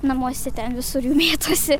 namuose ten visur jų mėtosi